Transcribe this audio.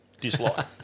dislike